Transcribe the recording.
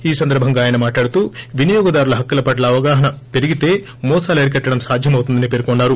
ఈ సందర్భంగా ఆయన మాట్లాడుతూ వినియోగదారుల హక్కులపట్ల అవగాహన పెరిగితే మోసాలు అరికట్టడం సాధ్యమవుతుందని పేర్కొన్నారు